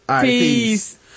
peace